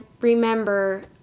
remember